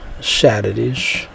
Saturdays